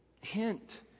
hint